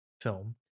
film